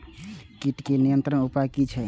कीटके नियंत्रण उपाय कि छै?